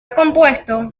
compuesto